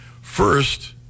First